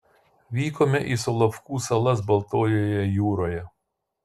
vykome į solovkų salas baltojoje jūroje